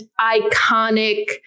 iconic